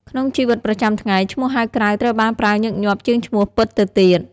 ក្នុងជីវិតប្រចាំថ្ងៃ ឈ្មោះហៅក្រៅត្រូវបានប្រើញឹកញាប់ជាងឈ្មោះពិតទៅទៀត។